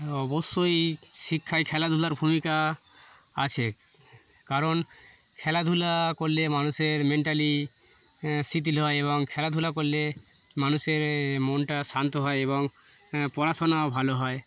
অবশ্যই শিক্ষায় খেলাধুলার ভূমিকা আছে কারণ খেলাধুলা করলে মানুষের মেন্টালি শিথিল হয় এবং খেলাধুলা করলে মানুষের মনটা শান্ত হয় এবং পড়াশোনাও ভালো হয়